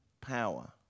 power